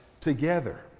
together